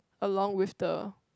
along with the